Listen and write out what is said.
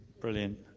Brilliant